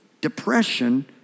depression